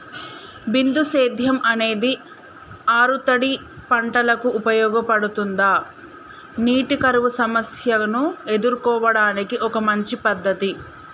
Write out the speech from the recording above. బిందు సేద్యం అనేది ఆరుతడి పంటలకు ఉపయోగపడుతుందా నీటి కరువు సమస్యను ఎదుర్కోవడానికి ఒక మంచి పద్ధతి?